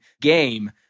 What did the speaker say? game